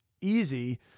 easy